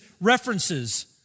references